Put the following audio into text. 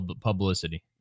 publicity